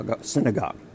synagogue